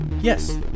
Yes